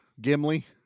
Gimli